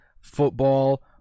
football